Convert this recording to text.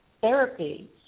therapy